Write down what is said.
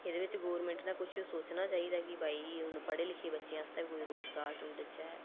एह्दे बिच्च गोरमेंट ने कुछ सोचना चाहिदा ऐ कि भाई हून पढ़े लिखे बच्चें आस्तै बी कोई रोज़गार डूडंचै